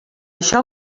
això